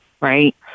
right